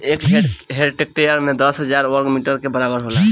एक हेक्टेयर दस हजार वर्ग मीटर के बराबर होला